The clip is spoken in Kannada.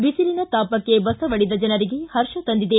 ಬಿಸಿಲಿನ ತಾಪಕ್ಕೆ ಬಸವಳಿದ ಜನರಿಗೆ ಹರ್ಷ ತಂದಿದೆ